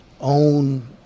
own